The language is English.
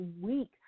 week